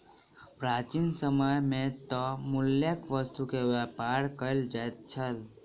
प्राचीन समय मे तय मूल्यक वस्तु के व्यापार कयल जाइत छल